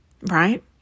right